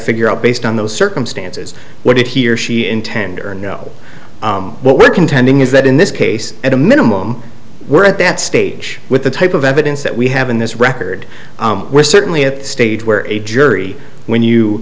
figure out based on those circumstances what did he or she intended or know what were contending is that in this case at a minimum we're at that stage with the type of evidence that we have in this record we're certainly at the stage where a jury when you